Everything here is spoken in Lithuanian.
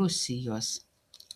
rusijos